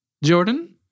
Jordan